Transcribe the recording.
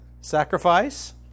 Sacrifice